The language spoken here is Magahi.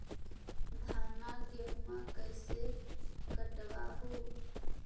धाना, गेहुमा कैसे कटबा हू?